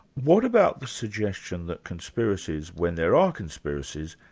what about the suggestion that conspiracies, when there are conspiracies,